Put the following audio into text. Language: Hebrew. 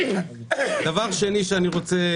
דבר שני שאני רוצה